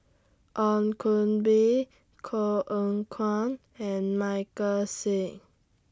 Ong Koh Bee Koh Eng Kian and Michael Seet